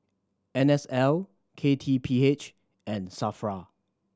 N S L K T P H and SAFRA